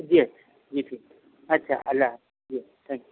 جی اچھا جی شُکریہ اچھا اللہ حافظ جی تھینک یو